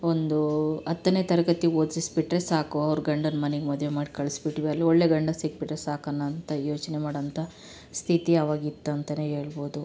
ಒಂದು ಹತ್ತನೇ ತರಗತಿ ಓದಿಸಿ ಬಿಟ್ಟರೆ ಸಾಕು ಅವ್ರ ಗಂಡನ ಮನೆಗೆ ಮದುವೆ ಮಾಡಿ ಕಳ್ಸಿಬಿಟ್ವಿ ಅಲ್ಲಿ ಒಳ್ಳೆಯ ಗಂಡ ಸಿಕ್ಕಿ ಬಿಟ್ಟರೆ ಸಾಕು ಅನ್ನೋ ಅಂಥ ಯೋಚನೆ ಮಾಡೋ ಅಂಥ ಸ್ಥಿತಿ ಅವಾಗ ಇತ್ತು ಅಂತನೇ ಹೇಳ್ಬೋದು